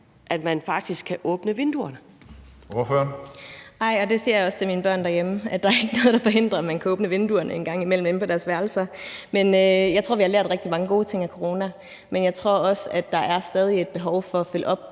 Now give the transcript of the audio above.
Kl. 14:53 Susie Jessen (DD): Nej, og det siger jeg også til mine børn derhjemme, nemlig at der ikke er noget, der forhindrer, at man en gang imellem kan åbne vinduerne inde på deres værelser. Jeg tror, vi har lært rigtig mange gode ting under corona. Men jeg tror også, at der stadig er et behov for at følge op